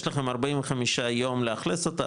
יש לכם 45 יום לאכלס אותה,